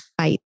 fight